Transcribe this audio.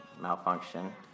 Malfunction